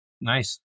Nice